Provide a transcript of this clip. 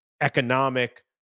economic